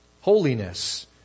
Holiness